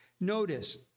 Notice